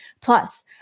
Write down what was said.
Plus